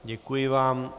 Děkuji vám.